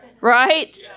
right